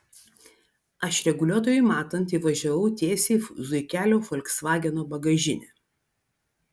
aš reguliuotojui matant įvažiavau tiesiai į zuikelio folksvageno bagažinę